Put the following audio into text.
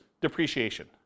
depreciation